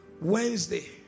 Wednesday